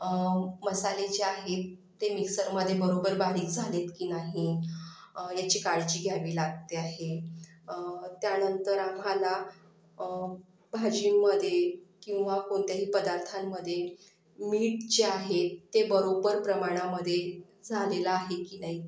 मसाले जे आहेत ते मिक्सरमध्ये बरोबर बारीक झालेत की नाही याची काळजी घ्यावी लागते आहे त्यानंतर आम्हाला भाजीमध्ये किंवा कोणत्याही पदार्थांमध्ये मीठ जे आहे ते बरोबर प्रमाणामध्ये झालेलं आहे की नाही